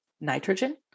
nitrogen